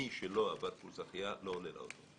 מי שלא עבר קורס החייאה, לא עולה לאוטובוס.